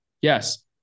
yes